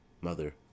Mother